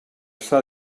està